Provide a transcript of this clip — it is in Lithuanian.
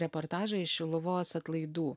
reportažą iš šiluvos atlaidų